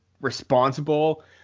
responsible